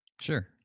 Sure